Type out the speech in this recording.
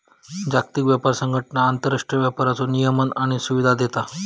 जागतिक व्यापार संघटना आंतरराष्ट्रीय व्यापाराचो नियमन आणि सुविधा देता